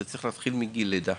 צריך להתחיל מגיל לידה,